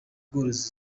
bworozi